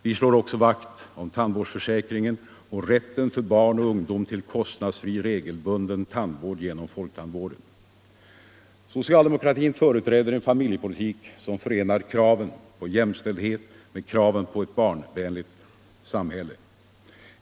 Vi slår också vakt om tandvårdsförsäkringen och rätten för barn och ungdom till kostnadsfri, regelbunden tandvård genom foiktandvården. Socialdemokratin företräder en familjepolitik som förenar kraven på jämställdhet med kraven på ett barnvänligt samhälle.